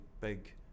big